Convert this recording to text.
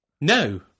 No